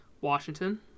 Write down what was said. Washington